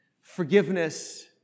forgiveness